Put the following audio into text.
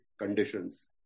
conditions